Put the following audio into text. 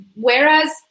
whereas